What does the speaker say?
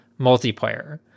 multiplayer